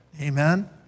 amen